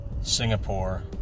Singapore